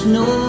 no